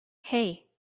hey